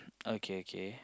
okay okay